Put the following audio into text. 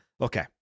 Okay